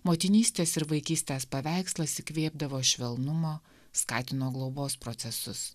motinystės ir vaikystės paveikslas įkvėpdavo švelnumo skatino globos procesus